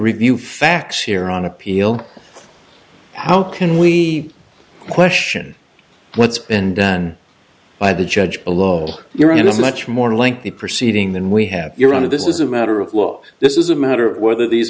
review facts here on appeal how can we question what's been done by the judge below you're in a much more lengthy proceeding than we have you're out of this is a matter of law this is a matter of whether these